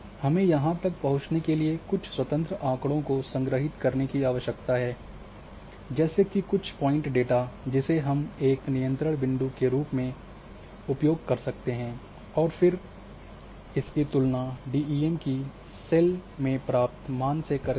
हमें यहाँ तक पहुँचने के लिए कुछ स्वतंत्र आँकड़ों को संग्रहित करने की आवश्यकता है जैसे कि कुछ पॉईँट डेटा जिसे हम एक नियंत्रण बिंदु के रूप में उपयोग कर सकते हैं और फिर इसकी तुलना डीईएम तुलना की सेल प्राप्त मान से करें